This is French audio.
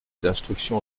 d’instruction